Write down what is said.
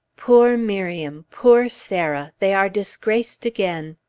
poor miriam! poor sarah! they are disgraced again!